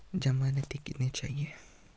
ज़मानती कितने चाहिये?